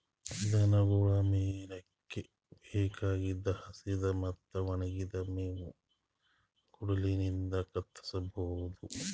ದನಗೊಳ್ ಮೇಯಕ್ಕ್ ಬೇಕಾಗಿದ್ದ್ ಹಸಿದ್ ಮತ್ತ್ ಒಣಗಿದ್ದ್ ಮೇವ್ ಕುಡಗೊಲಿನ್ಡ್ ಕತ್ತರಸಬಹುದು